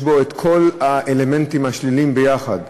יש בו כל האלמנטים השליליים ביחד: